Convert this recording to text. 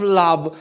love